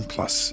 Plus